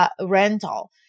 rental